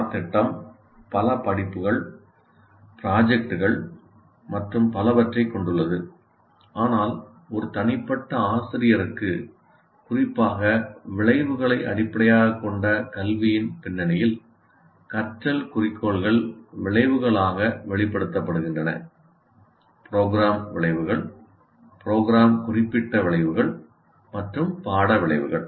பாடத்திட்டம் பல படிப்புகள் ப்ரொஜெக்ட்கள் மற்றும் பலவற்றைக் கொண்டுள்ளது ஆனால் ஒரு தனிப்பட்ட ஆசிரியருக்கு குறிப்பாக விளைவுகளை அடிப்படையாகக் கொண்ட கல்வியின் பின்னணியில் கற்றல் குறிக்கோள்கள் விளைவுகளாக வெளிப்படுத்தப்படுகின்றன ப்ரோக்ராம் விளைவுகள் ப்ரோக்ராம் குறிப்பிட்ட விளைவுகள் மற்றும் பாட விளைவுகள்